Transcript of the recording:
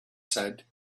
said